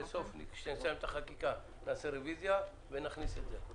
כשנסיים את החקיקה נעשה רוויזיה, ונכניס את זה.